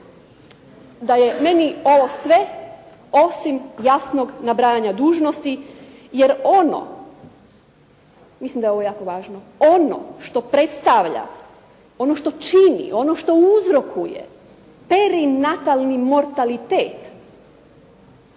da je meni ovo sve osim jasnog nabrajanja dužnosti, jer ono, mislim da je ovo jako važno, ono što predstavlja, ono što čini, ono što uzrokuje perinatalni mortalitet